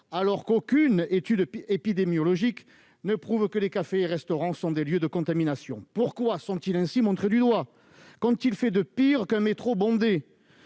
alors qu'aucune étude épidémiologique ne démontre que les cafés et les restaurants seraient des lieux de contaminations. Pourquoi, alors, sont-ils ainsi montrés du doigt ? Qu'ont-ils fait de pire qu'un métro bondé ?